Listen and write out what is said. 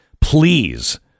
please